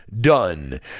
done